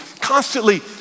constantly